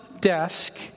desk